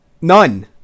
None